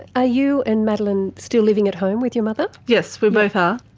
ah you and madeline still living at home with your mother? yes, we both are,